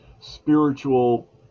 spiritual